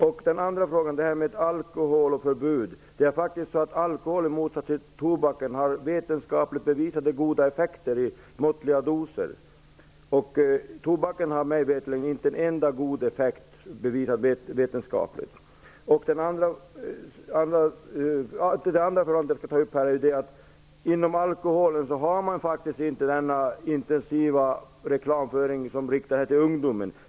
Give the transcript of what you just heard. Vidare har vi frågan om alkoholförbud. Alkoholen i motsats till tobaken har vetenskapligt bevisat goda effekter i måttliga doser. Tobaken har inte några goda effekter som har bevisats vetenskapligt. Det finns inte denna intensiva reklamföring av alkohol som riktas till ungdomen.